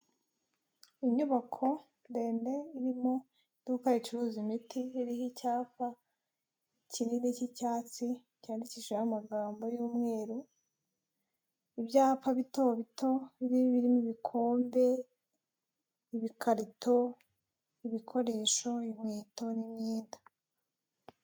Inyubako ndende iri mu iduka ricuruza imiti iriho icyapa kinini cy'icyatsi, cyandikishijeho amagambo y'mweru, ibyapa bito bito birimo ibikombe, ibikarito, ibikoresho, inkweto, n'imyenda.